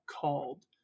called